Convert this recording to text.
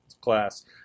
class